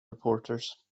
reporters